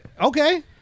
okay